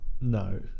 no